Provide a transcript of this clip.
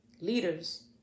leaders